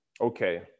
okay